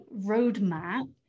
roadmap